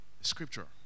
Scripture